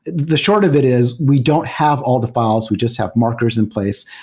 the short of it is we don't have all the f iles. we just have markers in place,